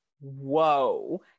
whoa